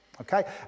okay